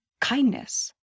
kindness